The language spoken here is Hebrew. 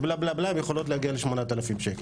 הן יכולות להגיע ל-8,000 שקל.